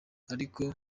ariko